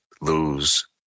lose